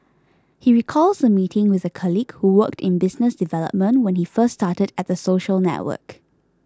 he recalls a meeting with a colleague who worked in business development when he first started at the social network